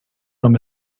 from